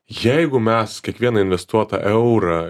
jeigu mes kiekvieną investuotą eurą